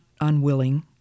unwilling